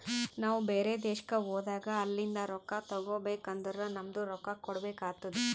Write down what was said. ನಾವು ಬ್ಯಾರೆ ದೇಶ್ಕ ಹೋದಾಗ ಅಲಿಂದ್ ರೊಕ್ಕಾ ತಗೋಬೇಕ್ ಅಂದುರ್ ನಮ್ದು ರೊಕ್ಕಾ ಕೊಡ್ಬೇಕು ಆತ್ತುದ್